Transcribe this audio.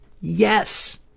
Yes